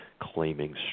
claiming